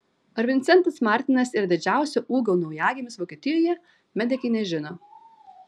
ar vincentas martinas yra didžiausio ūgio naujagimis vokietijoje medikai nežino